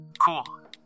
Cool